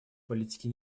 политики